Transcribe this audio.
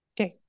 Okay